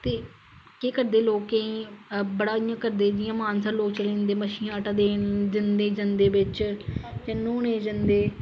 ते केह् करदे लोक केंई बड़ा इयां करदे जियां मानसर लोक चली जंदे मच्छियें गी आटा देन जंदे बिच ते न्हौने गी जंदे